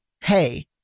hey